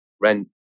rent